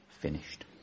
finished